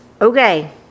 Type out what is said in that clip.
Okay